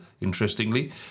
interestingly